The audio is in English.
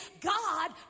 God